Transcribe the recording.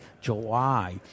July